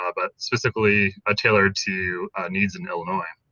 ah but specifically ah tailored to needs in illinois.